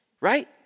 right